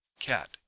cat